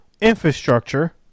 infrastructure